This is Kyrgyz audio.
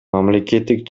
мамлекеттик